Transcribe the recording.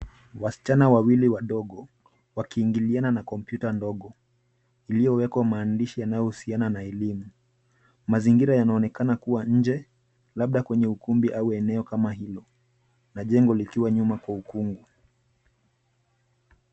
Wasichana wawili wadogo wakiingiliana na kompyuta ndogo iliyowekwa maandishi yanayohusiana na elimu. Mazingira yanaonekana kuwa nje labda kwenye ukumbi au eneo kama hilo na jengo likiwa nyuma kwa ukungu.